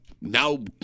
now